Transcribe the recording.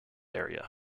area